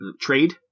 trade